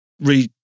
re